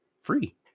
free